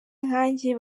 nkanjye